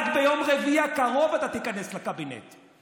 רק ביום רביעי הקרוב אתה תיכנס לקבינט.